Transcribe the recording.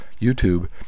YouTube